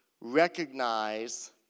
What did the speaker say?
recognize